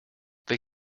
they